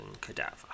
cadaver